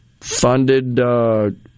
funded